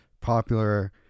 popular